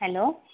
hello